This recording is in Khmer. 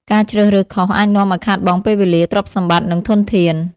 ការជ្រើសរើសខុស អាចនាំឱ្យខាតបង់ពេលវេលា ទ្រព្យសម្បត្តិ និងធនធាន។